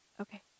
Okay